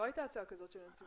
לא הייתה הצעה כזאת של הנציבות.